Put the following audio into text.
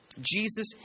Jesus